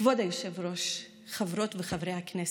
כבוד היושב-ראש, חברות וחברי הכנסת,